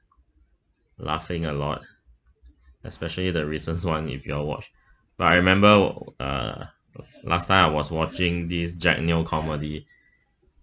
laughing a lot especially the recent one if you've watched but I remember uh last time I was watching this jack neo comedy